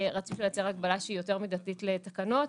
רצוי לייצר הגבלה שהיא יותר מידתית לתקנות,